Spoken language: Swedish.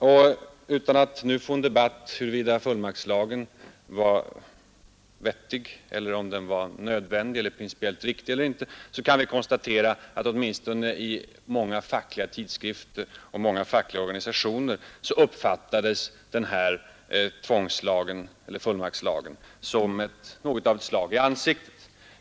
Och utan att nu föra en debatt om huruvida fullmaktslagen var vettig eller nödvändig eller principiellt riktig eller inte kan vi konstatera, att åtminstone i manga fackliga tidskrifter och inom många fackliga organisationer uppfattades denna tvångslag eller fullmaktslag som ett slag i ansiktet.